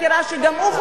הוא עושה נזקים.